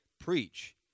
preach